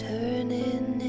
Turning